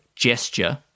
gesture